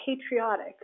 patriotic